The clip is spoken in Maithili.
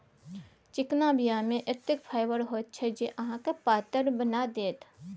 चिकना बीया मे एतेक फाइबर होइत छै जे अहाँके पातर बना देत